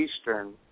Eastern